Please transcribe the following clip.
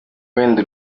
wenda